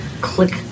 click